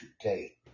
today